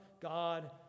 God